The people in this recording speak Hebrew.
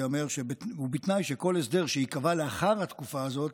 ייאמר: ובתנאי שכל הסדר שייקבע לאחר התקופה הזאת,